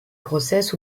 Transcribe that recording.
grossesse